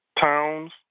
towns